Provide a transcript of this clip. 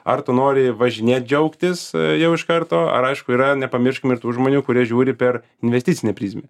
ar tu nori važinėt džiaugtis jau iš karto ar aišku yra nepamirškim ir tų žmonių kurie žiūri per investicinę prizmę